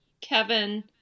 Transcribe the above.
Kevin